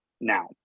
now